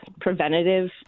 preventative